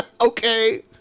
Okay